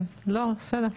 בסדר,